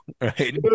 Right